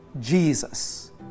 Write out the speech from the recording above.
Jesus